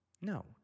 No